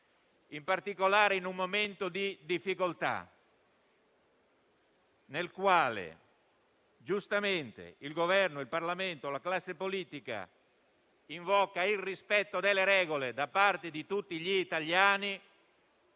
In particolare, in un momento di difficoltà, nel quale giustamente il Governo, il Parlamento e la classe politica invocano il rispetto delle regole da parte di tutti gli italiani